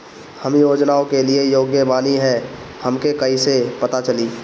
हम योजनाओ के लिए योग्य बानी ई हमके कहाँसे पता चली?